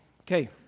Okay